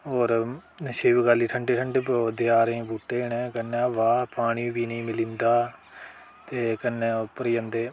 होर शिव गली ठंडे ठंडे द्यारें दे बूह्टे न कन्नै कन्नै ब्हाऽ पानी बी मिली दा कन्नै उप्पर जंदे